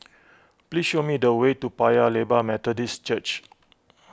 please show me the way to Paya Lebar Methodist Church